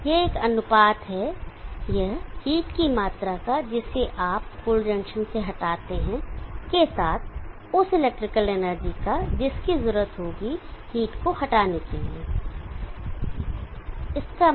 यह एक अनुपात है यह हीट की मात्रा का जिसे आप कोल्ड जंक्शन से हटाते हैं के साथ उस इलेक्ट्रिकल एनर्जी का जिसकी जरूरत होगी हीट को हटाने के लिए